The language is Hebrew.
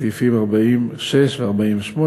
סעיפים 40(6) ו-48,